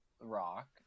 rock